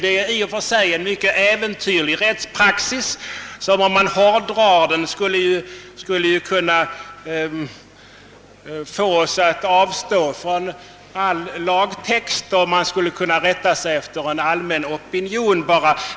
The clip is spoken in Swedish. Detta är i och för sig en mycket äventyrlig rättspraxis, som vid en hårdragning skulle kunna få oss att avstå från all lagtext och endast rätta oss efter en allmän opinion.